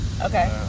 Okay